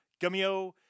Gummyo